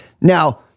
Now